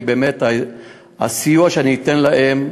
כי באמת הסיוע שאני אתן להם,